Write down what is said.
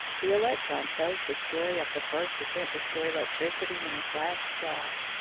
the electron tells the story of the first attempt to store electricity in a glass jar.